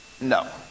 No